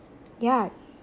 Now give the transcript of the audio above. yeah